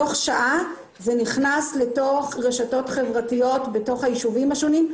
תוך שעה זה נכנס לתוך רשתות חברתיות ביישובים השונים,